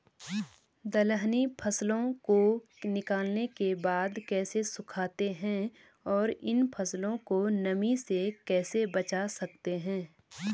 दलहनी फसलों को निकालने के बाद कैसे सुखाते हैं और इन फसलों को नमी से कैसे बचा सकते हैं?